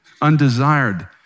undesired